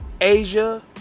Asia